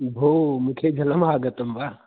भो मुखे जलमागतं वा